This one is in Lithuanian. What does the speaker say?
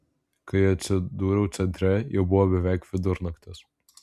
kai atsidūriau centre jau buvo beveik vidurnaktis